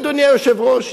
אדוני היושב-ראש,